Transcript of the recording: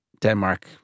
Denmark